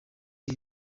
iri